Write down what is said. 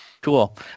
Cool